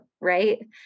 Right